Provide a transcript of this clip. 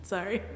Sorry